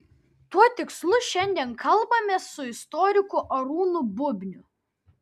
tuo tikslu šiandien kalbamės su istoriku arūnu bubniu